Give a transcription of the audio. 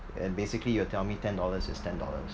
and basically you will tell me ten dollars is ten dollars